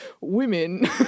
women